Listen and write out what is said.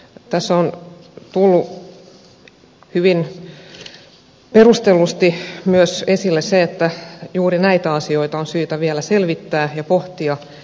tässä on tullut hyvin perustellusti myös esille se että juuri näitä asioita on syytä vielä selvittää ja pohtia